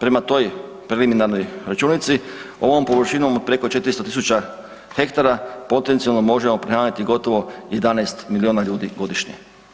prema toj preliminarnoj računici ovom površinom od preko 400 tisuća hektara potencijalno možemo prehraniti gotovo 11 milijuna ljudi godišnje.